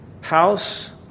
house